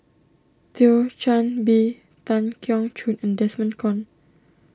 Thio Chan Bee Tan Keong Choon and Desmond Kon